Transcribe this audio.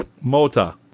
Mota